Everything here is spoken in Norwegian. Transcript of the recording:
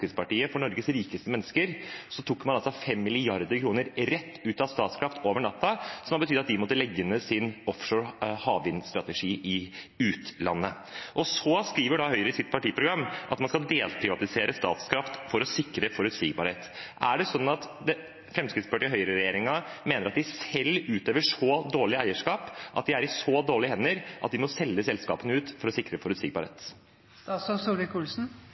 for Norges rikeste mennesker tok man 5 mrd. kr rett ut av Statkraft over natten, noe som har betydd at de måtte legge ned sin offshore havvindstrategi i utlandet. Og så skriver Høyre i sitt partiprogram at man skal delprivatisere Statkraft for å sikre forutsigbarhet. Mener Høyre–Fremskrittsparti-regjeringen at den selv utøver så dårlig eierskap, at selskapene er i så dårlige hender, at man må selge dem ut for å sikre forutsigbarhet?